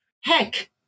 Heck